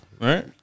Right